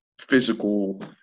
physical